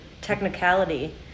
technicality